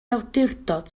awdurdod